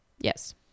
Yes